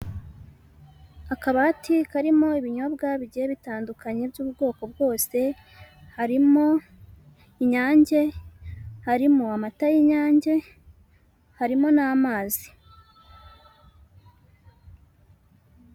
Akabati karimo ibinyobwa bigeye bitandukanye by'ubwoko bwose, harimo inyange, harimo amata y'inyange, harimo n'amazi.